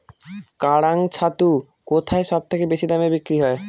কাড়াং ছাতু কোথায় সবথেকে বেশি দামে বিক্রি হয়?